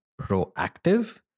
proactive